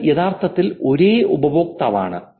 ഇത് യഥാർത്ഥത്തിൽ ഒരേ ഉപയോക്താവാണ്